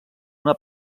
una